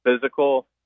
physical